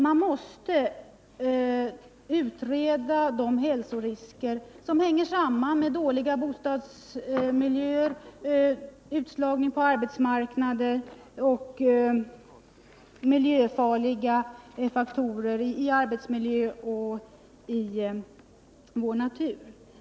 Man måste utreda de hälsorisker som hänger samman med dåliga bostadsmiljöer, utslagning på arbetsmarknaden och miljöfarliga faktorer i arbetet och i vår natur.